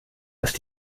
ist